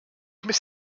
miss